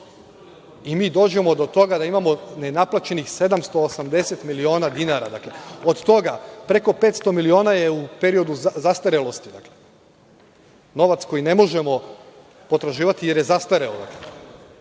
i mi dođemo do toga da imamo nenaplaćenih 780 miliona dinara, od toga preko 500 miliona dinara je u periodu zastarelosti, dakle, novac koji ne možemo potraživati jer je zastareo. To